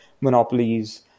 monopolies